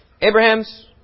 Abraham's